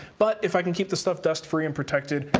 but if i can keep the stuff dust-free and protect it,